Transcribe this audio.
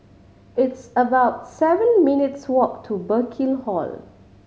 it's about seven minutes' walk to Burkill Hall